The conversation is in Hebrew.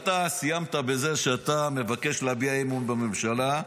אתה סיימת בזה שאתה מבקש להביע אי-אמון בממשלה,